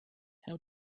how